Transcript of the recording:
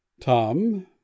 Tom